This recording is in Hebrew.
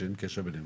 שאין קשר ביניהן,